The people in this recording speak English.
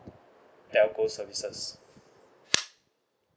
telco services